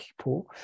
people